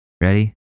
Ready